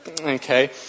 Okay